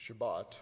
Shabbat